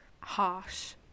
harsh